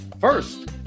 first